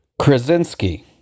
Krasinski